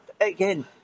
again